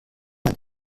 man